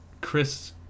Chris